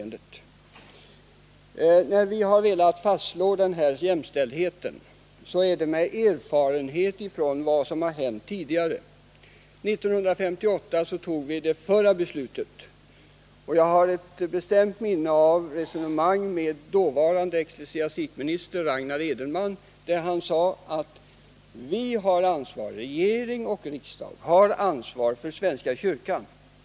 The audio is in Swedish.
När vi velat fastslå denna jämställdhet har det skett med erfarenhet av vad 211 som hänt tidigare. 1958 fattade vi det förra beslutet, och jag har ett bestämt minne av ett resonemang med den dåvarande ecklesiastikministern Ragnar Edenman, som sade att regering och riksdag har ansvar för svenska kyrkan.